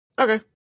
Okay